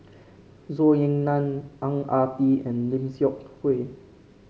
Zhou Ying Nan Ang Ah Tee and Lim Seok Hui